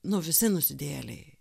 nu visi nusidėjėliai